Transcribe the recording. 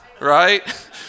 right